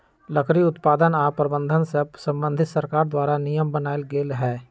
लकड़ी उत्पादन आऽ प्रबंधन से संबंधित सरकार द्वारा नियम बनाएल गेल हइ